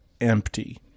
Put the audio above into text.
empty